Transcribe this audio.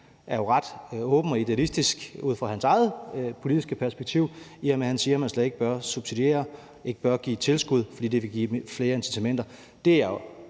er jo ret åben og idealistisk ud fra sit eget politiske perspektiv, i og med at han siger, at man slet ikke bør subsidiere, ikke bør give tilskud, fordi det vil give flere incitamenter.